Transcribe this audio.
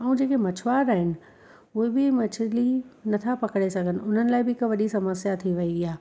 ऐं जेके मछुआरा आहिनि उहे बि मछली नथा पकिड़े सघनि उन्हनि लाइ बि हिकु वॾी समस्या थी वई आहे